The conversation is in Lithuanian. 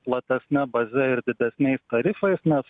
platesne baze ir didesniais tarifais nes